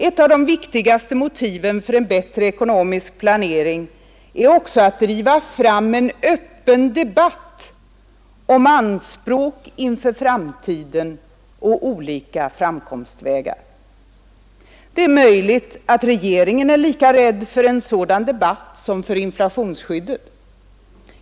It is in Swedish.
Ett av de viktigaste motiven för en bättre ekonomisk planering är också att driva fram en öppen debatt om anspråk inför framtiden och olika framkomstvägar. Det är möjligt att regeringen är lika rädd för en sådan debatt som för inflationsskyddet.